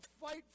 fight